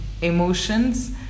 Emotions